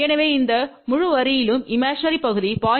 எனவே இந்த முழு வரியிலும் இமேஜினரி பகுதி 0